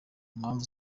mpamvu